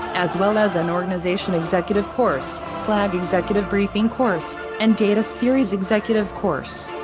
as well as an organization executive course, flag executive briefing course, and data series executive course.